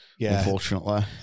unfortunately